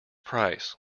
price